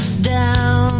down